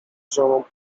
żoną